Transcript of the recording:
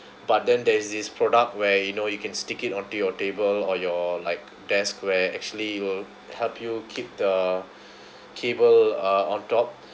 but then there's this product where you know you can stick it on to your table or your like desk where actually it'll help you keep the cable uh on top